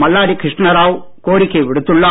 மல்லாடி கிருஷ்ணாராவ் கோரிக்கை விடுத்துள்ளார்